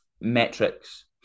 metrics